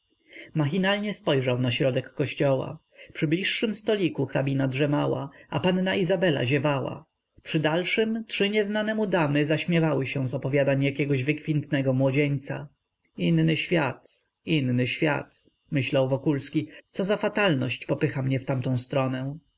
machinalnie spojrzał na środek kościoła przy bliższym stoliku hrabina drzemała a panna izabela ziewała przy dalszym trzy nieznane mu damy zaśmiewały się z opowiadań jakiegoś wykwintnego młodzieńca inny świat inny świat myślał wokulski co za fatalność popycha mnie w tamtą stronę